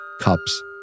cups